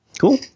Cool